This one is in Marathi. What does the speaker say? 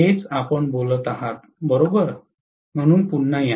हेच आपण बोलत आहात बरोबर म्हणून पुन्हा या